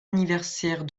anniversaire